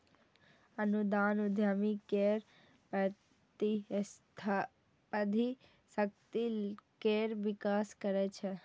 अनुदान उद्यमी केर प्रतिस्पर्धी शक्ति केर विकास करै छै